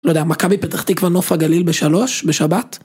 לא יודע, מכבי פתח תקווה נוף הגליל בשלוש? בשבת?